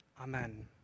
Amen